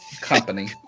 company